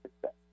success